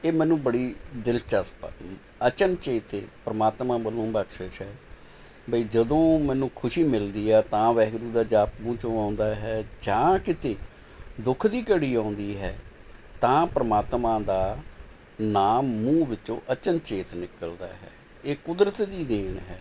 ਇਹ ਮੈਨੂੰ ਬੜੀ ਦਿਲਚਸਪ ਅਚਨਚੇਤ ਪਰਮਾਤਮਾ ਵੱਲੋਂ ਬਖਸ਼ਿਸ਼ ਹੈ ਬਈ ਜਦੋਂ ਮੈਨੂੰ ਖੁਸ਼ੀ ਮਿਲਦੀ ਹੈ ਤਾਂ ਵਾਹਿਗੁਰੂ ਦਾ ਜਾਪ ਮੂੰਹ ਚੋਂ ਆਉਂਦਾ ਹੈ ਜਾਂ ਕਿਤੇ ਦੁੱਖ ਦੀ ਘੜੀ ਆਉਂਦੀ ਹੈ ਤਾਂ ਪਰਮਾਤਮਾ ਦਾ ਨਾਮ ਮੂੰਹ ਵਿੱਚੋਂ ਅਚਨਚੇਤ ਨਿਕਲਦਾ ਹੈ ਇਹ ਕੁਦਰਤ ਦੀ ਦੇਣ ਹੈ